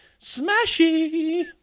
Smashy